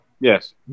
Yes